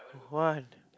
one